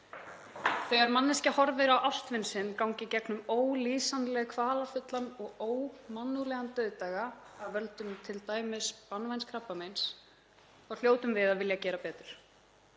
Þegar manneskja horfir á ástvin sinn ganga í gegnum ólýsanlega kvalafullan og ómannúðlegan dauðdaga af völdum t.d. banvæns krabbameins þá hljótum við að vilja gera betur.